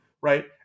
right